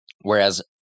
Whereas